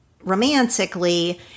romantically